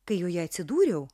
kai joje atsidūriau